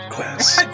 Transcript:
Quest